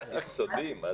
זה סודי?